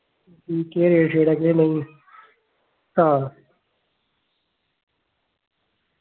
कि केह् rate set ऐ केह् नेईं हां